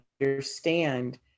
understand